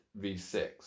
V6